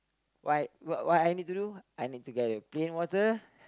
what what what I need to do I need to get a plain water